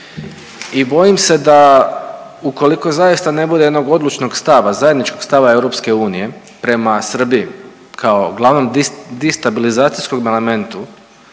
i bojim se da ukoliko zaista ne bude jednog odlučnog stava, zajedničkog stava EU prema Srbiji kao glavnom distabilizacijskom elementu